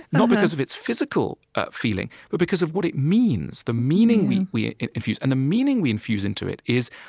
not because of its physical feeling, but because of what it means, the meaning we we infuse. and the meaning we infuse into it is,